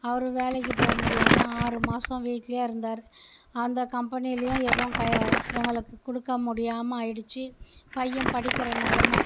அவரும் வேலைக்கு போக முடியாமல் ஆறு மாதம் வீட்டுலையே இருந்தார் அந்த கம்பெனிலையும் எதுவும் எங்களுக்கு கொடுக்க முடியாமல் ஆயிடுச்சு பையன் படிக்கிற நிலம